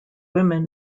women